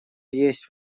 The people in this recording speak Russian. есть